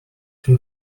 too